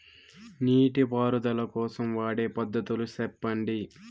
నీటి పారుదల కోసం వాడే పద్ధతులు సెప్పండి?